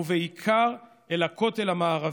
ובעיקר אל הכותל המערבי.